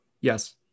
Yes